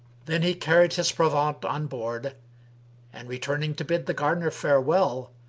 then he carried his provaunt on board and, returning to bid the gardener farewell,